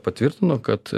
patvirtino kad